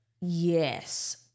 Yes